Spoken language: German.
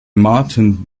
martin